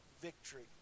victory